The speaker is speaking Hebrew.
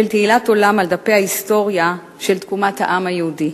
תהילת עולם על דפי ההיסטוריה של תקומת העם היהודי.